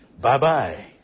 Bye-bye